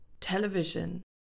television